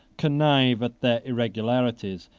connive at their irregularities,